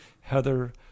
Heather